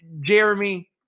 Jeremy